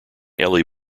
ellie